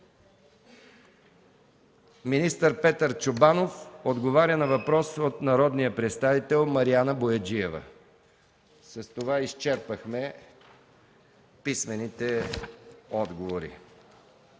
финансите Петър Чобанов на въпрос от народния представител Мариана Бояджиева. С това изчерпахме писмените отговори.